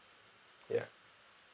ya